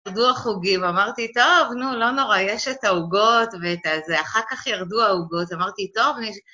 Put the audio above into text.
ירדו החוגים, אמרתי, טוב, נו, לא נורא, יש את העוגות ואת ה... אחר כך ירדו העוגות, אמרתי, טוב, אני...